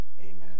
Amen